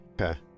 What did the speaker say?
Okay